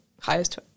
highest